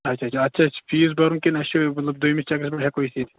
اچھا اَتھ چھا فیٖس بَرُن کِنہٕ اسہِ چھُ مَطلَب دوٚیمِس چَکرَس پیٚٹھ ہیٚکوو أسۍ یِتھ